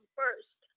first